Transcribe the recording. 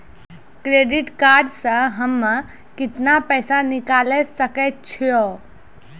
Credit कार्ड से हम्मे केतना पैसा निकाले सकै छौ?